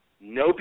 no